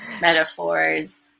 metaphors